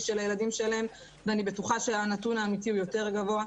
של הילדים שלהם ואני בטוחה שהנתון האמיתי הוא יותר גבוה.